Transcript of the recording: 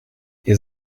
ihr